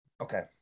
Okay